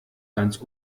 ganz